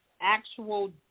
actual